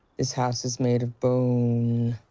this house is made of bone.